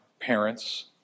parents